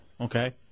Okay